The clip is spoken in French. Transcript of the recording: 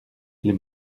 les